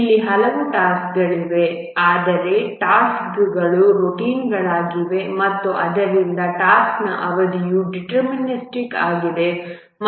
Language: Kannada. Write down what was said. ಇಲ್ಲಿ ಹಲವು ಟಾಸ್ಕ್ಗಳಿವೆ ಆದರೆ ಟಾಸ್ಕ್ಗಳು ಗಳಾಗಿವೆ ಮತ್ತು ಆದ್ದರಿಂದ ಟಾಸ್ಕ್ನ ಅವಧಿಯು ಡಿಟರ್ಮಿನಿಸ್ಟಿಕ್ ಆಗಿದೆ